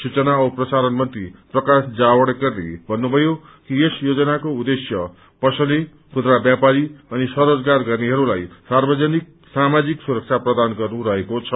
सूचना औ प्रसारण मन्त्री प्रकाश जावड्रेकरले भन्नुभयो कि यस योजनाको उद्देश्य पसले खुद्रा व्यापारी अनि स्वरोजगार गर्नेहरूलाई सार्वजनिक सामाजिक सुरक्षा प्रदान गर्नु रहेको छ